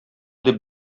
дип